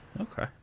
okay